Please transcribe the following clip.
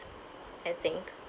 I think